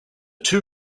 two